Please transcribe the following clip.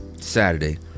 Saturday